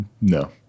no